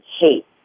hate